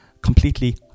completely